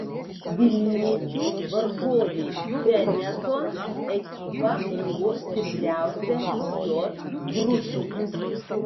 vilniečių varžovė benetton ekipa buvo stipriausia j grupėje